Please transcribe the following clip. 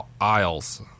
Isles